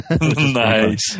Nice